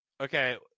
Okay